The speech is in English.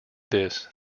this